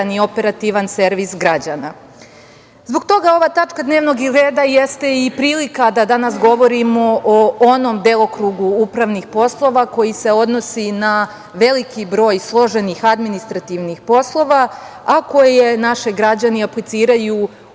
i operativan servis građana. Zbog toga ova tačka dnevnog reda jeste i prilika da danas govorimo o onom delokrugu upravnih poslova koji se odnosi na veliki broj složenih administrativnih poslova, a koje naši građani apliciraju MUP. Reč je o,